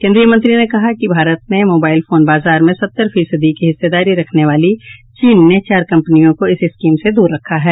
केंद्रीय मंत्री ने कहा कि भारत के मोबाइल फोन बाजार में सत्तर फीसदी की हिस्सेदारी रखने वाली चीन ने चार कंपनियों को इस स्कीम से दूर रखा है